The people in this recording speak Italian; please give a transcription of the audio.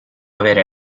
avere